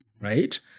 right